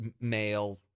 male